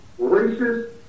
racist